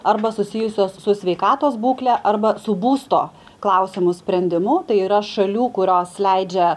arba susijusios su sveikatos būklę arba su būsto klausimų sprendimu tai yra šalių kurios leidžia